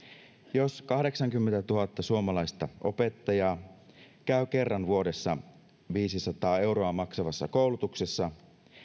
jos kahdeksankymmentä suomalaista opettajaa käy kerran vuodessa viisisataa euroa maksavassa koulutuksessa